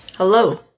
Hello